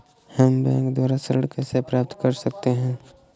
हम बैंक से ऋण कैसे प्राप्त कर सकते हैं?